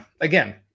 again